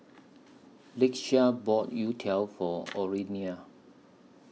Lakeshia bought Youtiao For Orelia